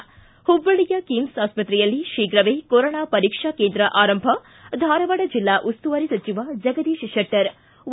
ಿ ಹುಬ್ಲಳ್ಳಿಯ ಕಿಮ್ಸ್ ಆಸ್ಸತ್ತೆಯಲ್ಲಿ ಶೀಘವೇ ಕೊರೊನಾ ಪರೀಕ್ಷಾ ಕೇಂದ್ರ ಆರಂಭ ಧಾರವಾಡ ಜಿಲ್ಲಾ ಉಸ್ತುವಾರಿ ಸಚಿವ ಜಗದೀಶ್ ಶೆಟ್ಟರ್ ಹೇಳಿಕೆ